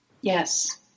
Yes